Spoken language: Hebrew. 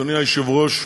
אדוני היושב-ראש,